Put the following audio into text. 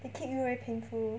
they kick you very painful